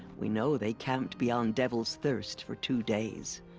we know they camped beyond devil's thirst for two days.